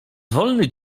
wolny